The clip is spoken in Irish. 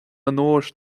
onóir